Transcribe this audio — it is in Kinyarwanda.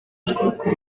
twakora